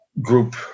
group